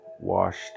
washed